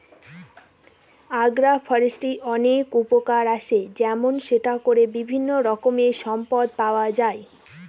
আগ্র ফরেষ্ট্রীর অনেক উপকার আসে যেমন সেটা করে বিভিন্ন রকমের সম্পদ পাওয়া যায়